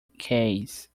case